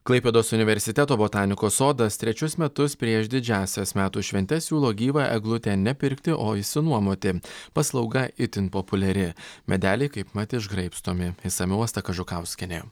klaipėdos universiteto botanikos sodas trečius metus prieš didžiąsias metų šventes siūlo gyvą eglutę ne pirkti o išsinuomoti paslauga itin populiari medeliai kaipmat išgraibstomi išsamiau asta kažukauskienė